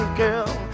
girl